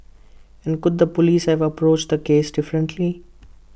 and could the Police have approached this case differently